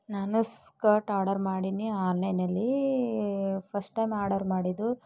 ನಾನು skirt order ಮಾಡೀನಿ ಆನ್ಲೈನ್ಲ್ಲಿ ಫಸ್ಟ್ ಟೈಮ್ ಆಡರ್ ಮಾಡಿದ್ದು